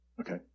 Okay